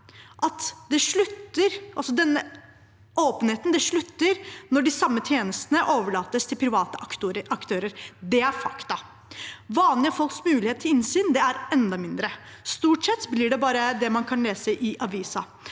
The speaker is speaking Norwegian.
åpenheten slutter når de samme tjenestene overlates til private aktører. Det er fakta. Vanlige folks mulighet til innsyn er enda mindre. Stort sett blir det bare det man kan lese i avisen.